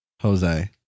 Jose